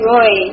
Roy